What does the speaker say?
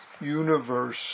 universe